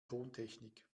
tontechnik